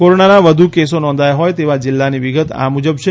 કોરોનાના વધુ કેસો નોંધાયા હોય તેવા જિલ્લાની વિગત આ મુજબ છે